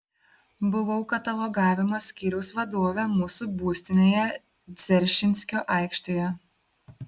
buvau katalogavimo skyriaus vadovė mūsų būstinėje dzeržinskio aikštėje